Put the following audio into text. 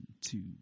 two